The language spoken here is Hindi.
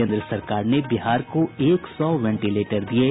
केन्द्र सरकार ने बिहार को एक सौ वेंटिलेटर दिये